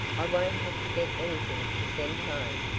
i won't have to get anything to send home.